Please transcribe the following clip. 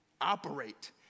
operate